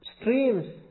Streams